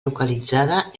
localitzada